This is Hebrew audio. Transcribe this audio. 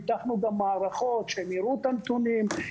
פיתחנו גם מערכות שהם יראו את הנתונים,